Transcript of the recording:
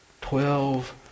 Twelve